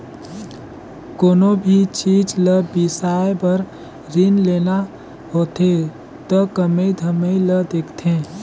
कोनो भी चीच ल बिसाए बर रीन लेना होथे त कमई धमई ल देखथें